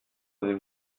avez